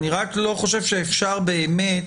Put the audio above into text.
אני רק לא חושב שאפשר באמת